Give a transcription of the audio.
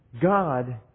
God